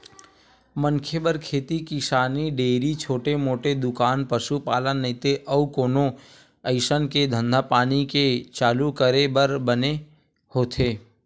मनखे बर खेती किसानी, डेयरी, छोटे मोटे दुकान, पसुपालन नइते अउ कोनो अइसन के धंधापानी के चालू करे बर बने होथे